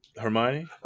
Hermione